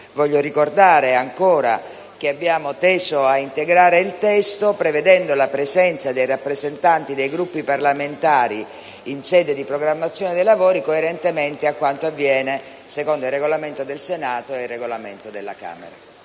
Voglio ricordare ancora che abbiamo teso ad integrare il testo prevedendo la presenza dei rappresentanti dei Gruppi parlamentari in sede di programmazione dei lavori, coerentemente a quanto previsto dai Regolamenti del Senato e della Camera